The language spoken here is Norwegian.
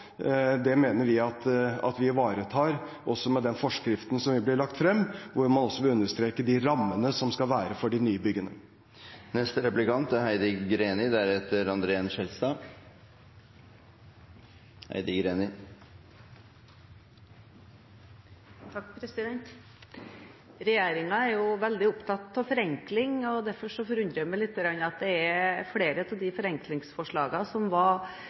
Det mener vi at vi ivaretar med den forskriften som vil bli lagt frem, hvor man også vil understreke de rammene som skal være for de nye byggene. Regjeringen er veldig opptatt av forenkling, og derfor forundrer det meg litt at det er flere av